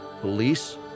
police